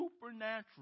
supernatural